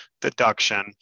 deduction